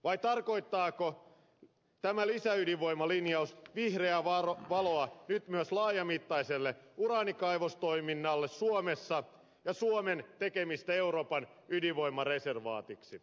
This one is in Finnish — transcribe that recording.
vai tarkoittaako tämä lisäydinvoimalinjaus vihreää valoa nyt myös laajamittaiselle uraanikaivostoiminnalle suomessa ja suomen tekemistä euroopan ydinvoimareservaatiksi